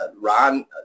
ron